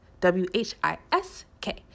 W-H-I-S-K